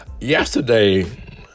Yesterday